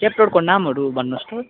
च्याप्टरको नामहरू भन्नुहोस् त